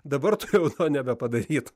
dabar tokius nebepadaryti